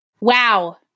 Wow